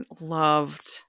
loved